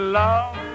love